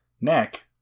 neck